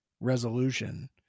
resolution